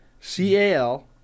C-A-L